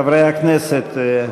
חברי הכנסת,